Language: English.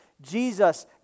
Jesus